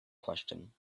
question